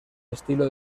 estilo